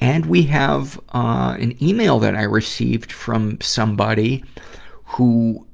and we have, ah, an email that i received from somebody who